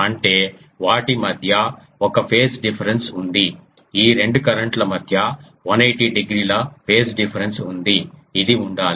అంటే వాటి మధ్య ఒక ఫేస్ డిఫరెన్స్ ఉంది ఈ రెండు కరెంట్ల మధ్య 180 డిగ్రీల ఫేస్ డిఫరెన్స్ ఉంది ఇది ఉండాలి